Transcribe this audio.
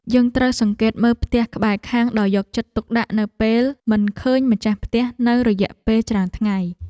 យើងត្រូវសង្កេតមើលផ្ទះក្បែរខាងដោយយកចិត្តទុកដាក់នៅពេលមិនឃើញម្ចាស់ផ្ទះនៅរយៈពេលច្រើនថ្ងៃ។